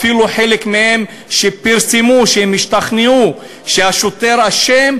אפילו חלק מהן, הם פרסמו שהם השתכנעו שהשוטר אשם,